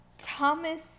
Thomas